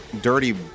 dirty